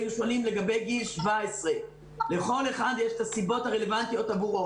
היו שואלים לגבי גיל 17. לכל אחד יש את הסיבות הרלוונטיות עבורו.